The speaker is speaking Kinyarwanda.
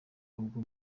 ubwo